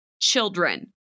children